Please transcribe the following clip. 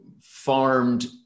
farmed